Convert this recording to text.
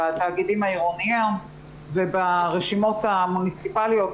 בתאגידים העירוניים וברשימות המוניציפליות.